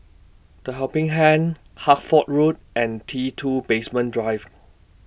The Helping Hand Hertford Road and T two Basement Drive